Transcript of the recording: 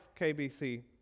KBC